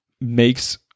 makes